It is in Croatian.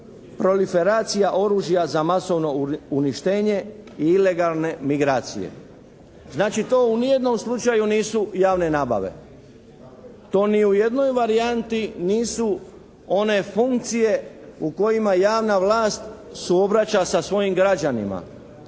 proliferacija oružja za masovno uništenje i ilegalne migracije. Znači to u nijednom slučaju nisu javne nabave. To ni u jednoj varijanti nisu one funkcije u kojima javna vlast suobraća sa svojim građanima.